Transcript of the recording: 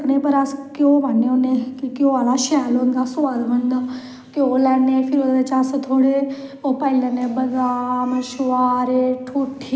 फिर ओह्दै कन्नै अस पकौड़े बनाई लैन्ने ओह् खन्ने अस बच्छ दुआह् पूज्जन जन्ने पूजियै आने फिरी अस अपना बर्त पुआरने